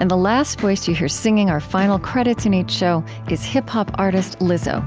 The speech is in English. and the last voice you hear, singing our final credits in each show, is hip-hop artist lizzo